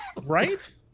Right